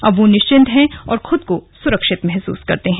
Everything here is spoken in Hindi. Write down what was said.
अब वो निश्चिंत हैं और खुद सुरक्षित महसूस करते हैं